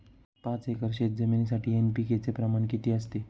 पाच एकर शेतजमिनीसाठी एन.पी.के चे प्रमाण किती असते?